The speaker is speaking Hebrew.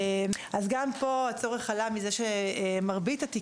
גם פה הצורך עלה מכך שראינו שהפיק הגדול של